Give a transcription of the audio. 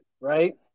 right